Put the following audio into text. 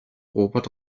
robert